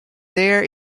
there